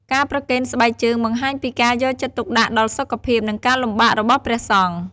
ការប្រគេនស្បែកជើងបង្ហាញពីការយកចិត្តទុកដាក់ដល់សុខភាព និងការលំបាករបស់ព្រះសង្ឃ។